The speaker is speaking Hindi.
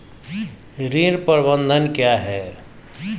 ऋण प्रबंधन क्या है?